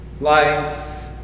life